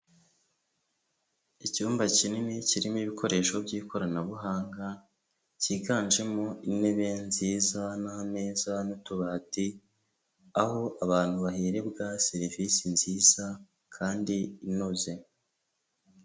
Icyumba kinini kirimo ibikoresho by'ikoranabuhanga cyiganjemo intebe nziza n'ameza n'utubati, aho abantu baherebwa serivisi nziza kandi inoze.